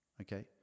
okay